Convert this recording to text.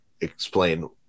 explain